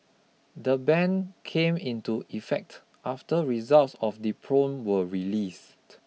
the ban came into effect after results of the probe were released